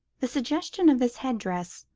the suggestion of this headdress,